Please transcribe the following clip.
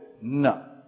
No